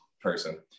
person